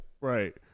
Right